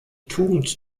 tugend